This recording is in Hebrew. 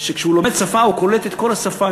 שכשהוא לומד את השפה הוא קולט את כל השפה,